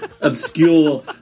obscure